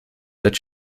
that